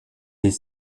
est